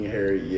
Harry